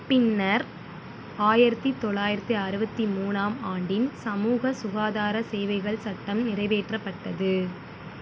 பின்னர் ஆயிரத்தி தொள்ளாயிரத்தி அறுபத்தி மூணாம் ஆண்டின் சமூக சுகாதார சேவைகள் சட்டம் நிறைவேற்றப்பட்டது